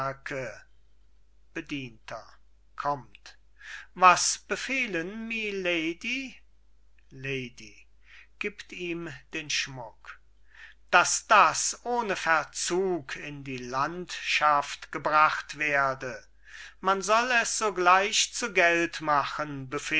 bedienter kommt was befehlen milady lady gibt ihm den schmuck daß das ohne verzug in die landschaft gebracht werde man soll es sogleich zu geld machen